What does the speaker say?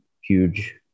Huge